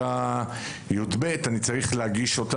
ברור, כשהם מסיימים כיתה י"ב אנחנו מגיש אותם